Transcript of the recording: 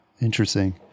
Interesting